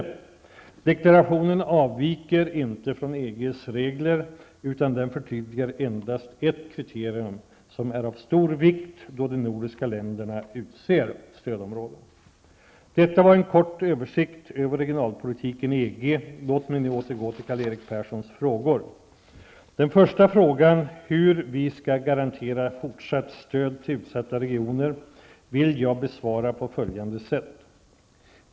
Deklarationen avviker inte från EGs regler, utan den förtydligar endast ett kriterium som är av stor vikt då de nordiska länderna utser stödområden. Detta var en kort översikt över regionalpolitiken i EG. Låt mig nu återgå till Karl-Erik Perssons frågor. Den första frågan, hur vi skall garantera fortsatt stöd till utsatta regioner, vill jag besvara på följande sätt.